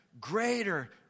greater